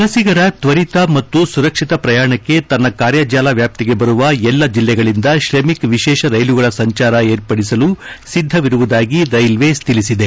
ವಲಭಿಗರ ತ್ವರಿತ ಮತ್ತು ಸುರಕ್ಷಿತ ಪ್ರಯಾಣಕ್ಕೆ ತನ್ನ ಕಾರ್ಜಚಾಲ ವ್ಯಾಪ್ತಿಗೆ ಬರುವ ಎಲ್ಲಾ ಜಿಲ್ಲೆಗಳಿಂದ ಶ್ರಮಿಕ್ ವಿಶೇಷ ರೈಲುಗಳ ಸಂಚಾರ ಏರ್ಪಡಿಸಲು ಸಿದ್ದವಿರುವುದಾಗಿ ರೈಲ್ವೇಸ್ ತಿಳಿಸಿದೆ